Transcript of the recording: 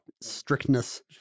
strictness